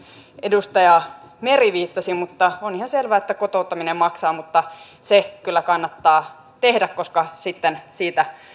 edustaja meri viittasi mutta on ihan selvää että kotouttaminen maksaa mutta se kyllä kannattaa tehdä koska sitten siitä